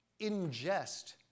Ingest